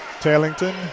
Tailington